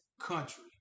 country